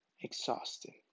exhausted